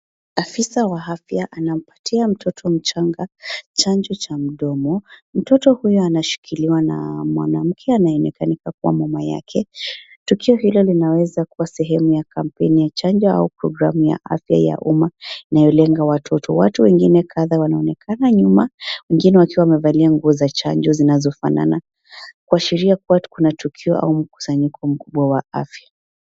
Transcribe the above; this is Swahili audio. Afisa wa afya anamptia mtoto mchanga chanjo cha mdomo. Mtoto huyo anashikiliwa na mwanamke anayeonekana kuwa mama yake. Tukio hilo linaweza kuwa sehemu ya kampuni ya chanjo au programu ya afya ya umma inayolenga watoto. Watu wengine kadha wanaonekana nyum, wengine wakiwa wamevalia nguo za chanjo zinazofanana, kuashiria kuwa kuna tukio au mkusanyiko mkubwa wa afya.